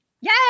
Yay